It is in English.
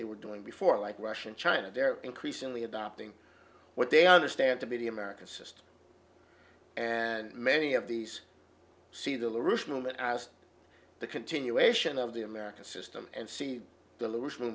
they were doing before like russia and china they're increasingly adopting what they understand to be the american system and many of these see the original that as the continuation of the american system and see delusion